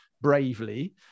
bravely